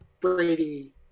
Brady